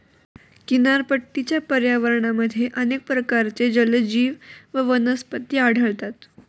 किनारपट्टीच्या पर्यावरणामध्ये अनेक प्रकारचे जलजीव व वनस्पती आढळतात